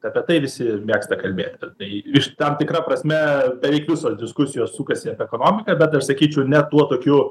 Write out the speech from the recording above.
apie tai visi mėgsta kalbėti tai iš tam tikra prasme beveik visos diskusijos sukasi apie ekonomiką bet aš sakyčiau ne tuo tokiu